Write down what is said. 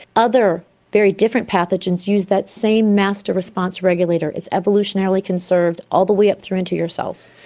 other very different pathogens use that same master response regulator. it's evolutionarily conserved all the way up through into your cells.